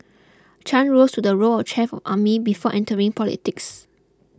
Chan rose to the role of chief of army before entering politics